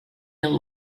yıl